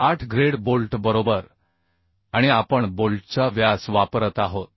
8 grade bolt बरोबर आणि आपण बोल्टचा व्यास वापरत आहोत